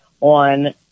on